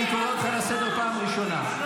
אני קורא אותך לסדר פעם ראשונה.